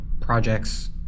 Projects